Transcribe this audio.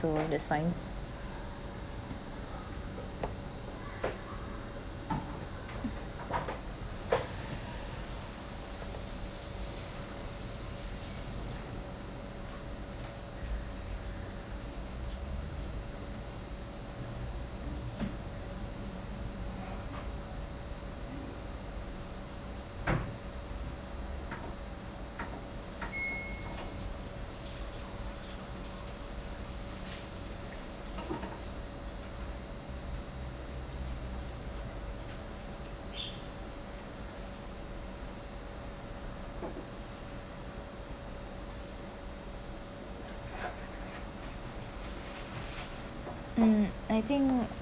so that’s fine um I think